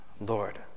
Lord